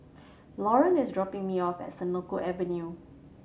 Lauren is dropping me off at Senoko Avenue